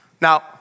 Now